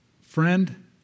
friend